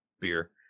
beer